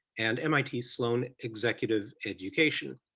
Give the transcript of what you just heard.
and mit sloan executive education.